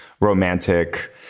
romantic